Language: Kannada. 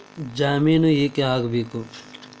ಜಾಮಿನ್ ಯಾಕ್ ಆಗ್ಬೇಕು?